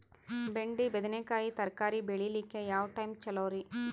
ಬೆಂಡಿ ಬದನೆಕಾಯಿ ತರಕಾರಿ ಬೇಳಿಲಿಕ್ಕೆ ಯಾವ ಟೈಮ್ ಚಲೋರಿ?